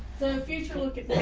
future look at